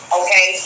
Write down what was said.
okay